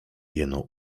jeno